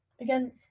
Again